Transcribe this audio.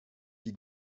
wie